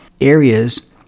areas